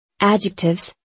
adjectives